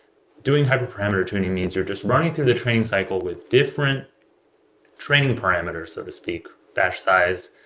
doing hyper parameter tuning means you're just running through the training cycle with different training parameters, so to speak batch size,